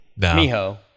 Miho